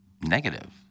negative